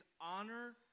honor